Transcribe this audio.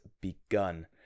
begun